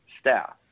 staff